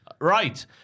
Right